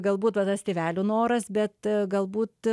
galbūt tada tas tėvelių noras bet galbūt